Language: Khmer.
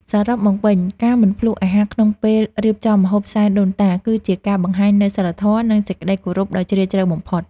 សរុបមកវិញ ការមិនភ្លក្សអាហារក្នុងពេលរៀបចំម្ហូបសែនដូនតា គឺជាការបង្ហាញនូវសីលធម៌ និងសេចក្តីគោរពដ៏ជ្រាលជ្រៅបំផុត។